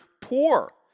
poor